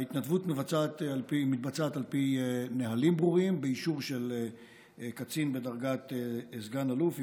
ההתנדבות מתבצעת על פי נהלים ברורים באישור של קצין בדרגת סגן אלוף.